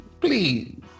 please